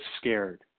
scared